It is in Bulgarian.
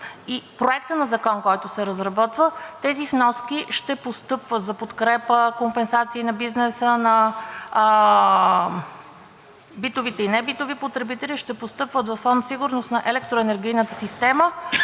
и Проекта на закон, който се разработва, тези вноски ще постъпват за подкрепа, компенсации на бизнеса, на битовите и небитовите потребители и ще постъпват във Фонд „Сигурност на електроенергийната система“,